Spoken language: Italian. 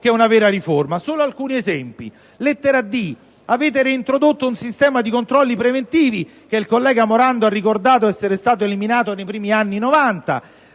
che una vera riforma. Citerò solo alcuni esempi: alla lettera *d)*, avete reintrodotto un sistema di controlli preventivi che il collega Morando ha ricordato essere stato eliminato nei primi anni '90;